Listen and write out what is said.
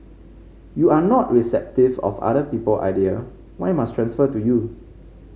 you not receptive of other people idea why must transfer to you